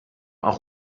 auch